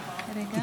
נגד נגד.